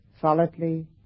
solidly